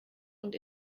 und